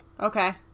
Okay